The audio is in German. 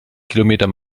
kilometer